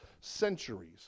centuries